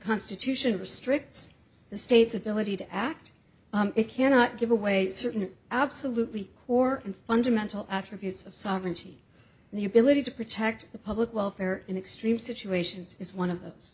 constitution restricts the state's ability to act it cannot give away certain absolutely or in fundamental attributes of sovereignty the ability to protect the public welfare in extreme situations is one of